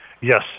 Yes